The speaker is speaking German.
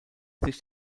sich